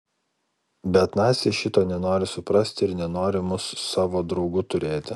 bet naciai šito nenori suprasti ir nenori mus savo draugu turėti